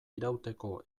irauteko